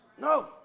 No